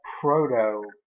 proto